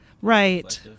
right